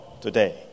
today